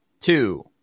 two